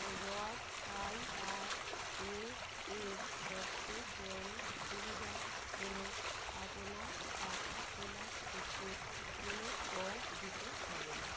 রথ IRA এর সবচেয়ে বড়ো সুবিধা হলো আপনার টাকা তোলার ক্ষেত্রে কোনো কর দিতে হবে না